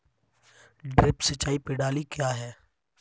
Drip सिंचाई प्रणाली क्या है?